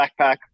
backpack